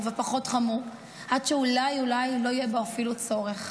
ופחות חמור עד שאולי אולי לא יהיה בו אפילו צורך.